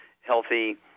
healthy